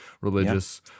religious